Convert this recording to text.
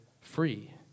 free